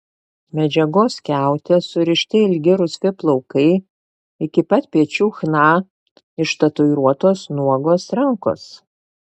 medžiagos skiaute surišti ilgi rusvi plaukai iki pat pečių chna ištatuiruotos nuogos rankos